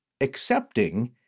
accepting